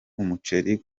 umuceli